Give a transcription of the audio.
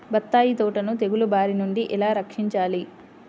బత్తాయి తోటను తెగులు బారి నుండి ఎలా రక్షించాలి?